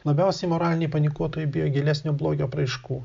labiausiai moraliniai panikuotojai bijo gilesnio blogio apraiškų